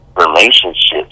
relationships